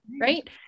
right